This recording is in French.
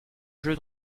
jeux